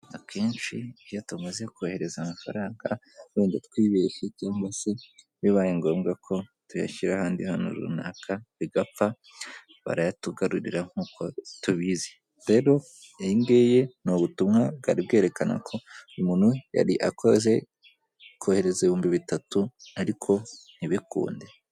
Akenshi iyo tumaze kohereza amafaranga, wenda twibeshye cyangwa se bibaye ngombwa ko tuyashyira ahandi hantu runaka bigapfa, barayatugarurira nk'uko tubizi, rero iyingiyi ni ubutumwa bwari bwerekana ko umuntu yari akoze kohereza ibihumbi bitatu ariko ntibikunde.